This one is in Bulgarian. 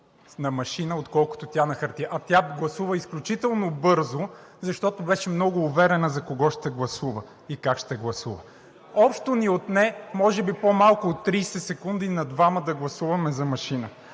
на машина, отколкото тя на хартия. А тя гласува изключително бързо, защото беше много уверена за кого и как ще гласува. Общо ни отне може би по-малко от 30 секунди на двамата да гласуваме на машина.